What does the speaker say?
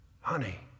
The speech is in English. honey